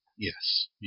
Yes